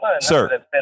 Sir